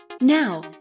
Now